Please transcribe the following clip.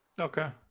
Okay